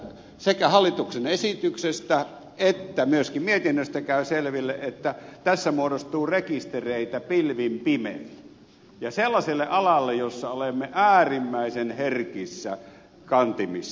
sekä hallituksen esityksestä että myöskin mietinnöstä käy selville että tässä muodostuu rekistereitä pilvin pimein ja sellaiselle alalle jolla olemme äärimmäisen herkissä kantimissa